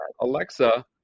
Alexa